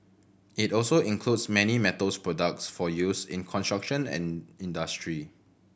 it also includes many metals products for use in construction and industry